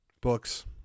books